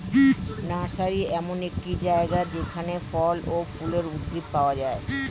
nursery এমন একটি জায়গা যেখানে ফল ও ফুলের উদ্ভিদ পাওয়া যায়